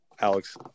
Alex